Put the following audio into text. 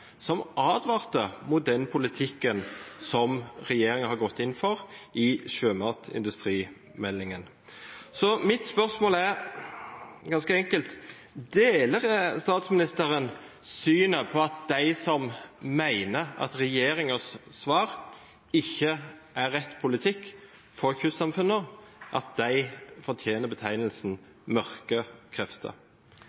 som advarte mot den politikken som regjeringen har gått inn for i sjømatindustrimeldingen. Så mitt spørsmål er ganske enkelt: Deler statsministeren det synet at de som mener at regjeringens svar ikke er rett politikk for kystsamfunnene, fortjener betegnelsen «mørke krefter»? Jeg tror ikke at